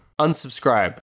Unsubscribe